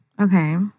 Okay